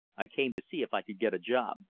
i came to see if i could get a job.